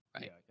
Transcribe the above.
right